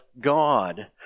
God